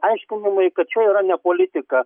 aiškinimai kad čia yra ne politika